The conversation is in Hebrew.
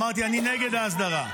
אמרתי שאני נגד ההסדרה.